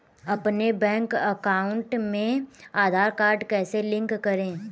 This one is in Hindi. अपने बैंक अकाउंट में आधार कार्ड कैसे लिंक करें?